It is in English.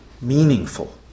Meaningful